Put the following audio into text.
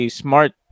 smart